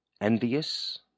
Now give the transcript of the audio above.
envious